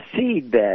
seedbed